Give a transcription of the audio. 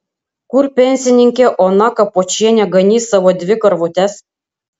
kur pensininkė ona kapočienė ganys savo dvi karvutes